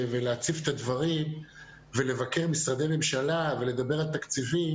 להציף את הדברים ולבקר משרדי ממשלה ולדבר על תקציבים,